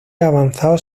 avanzados